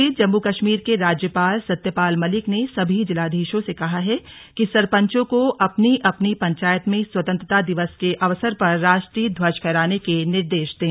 इस बीच जम्मू कश्मीर के राज्यपाल सत्यपाल मलिक ने सभी जिलाधीशों से कहा है कि सरपंचों को अपनी अपनी पंचायत में स्वतंत्रता दिवस के अवसर पर राष्ट्रीय ध्वज फहराने के निर्देश दें